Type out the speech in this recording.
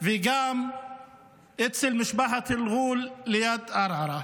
וגם אצל משפחת אלע'ול ליד ערערה.